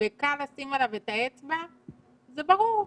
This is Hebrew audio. ואפשר לשים עליו את האצבע זה ברור,